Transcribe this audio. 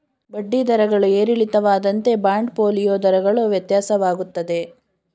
ಬಡ್ಡಿ ದರಗಳು ಏರಿಳಿತವಾದಂತೆ ಬಾಂಡ್ ಫೋಲಿಯೋ ದರಗಳು ವ್ಯತ್ಯಾಸವಾಗುತ್ತದೆ